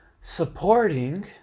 supporting